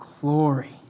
glory